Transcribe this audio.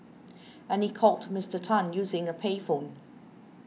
and he called Mister Tan using a payphone